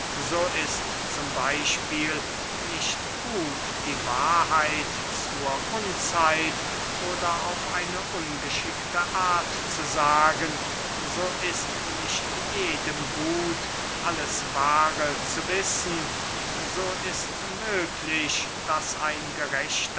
so ist z b nicht gut die wahrheit zur unzeit oder auf eine ungeschickte art zu sagen so ist nicht jedem gut alles wahre zu wissen so ist möglich daß ein gerechter